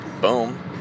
Boom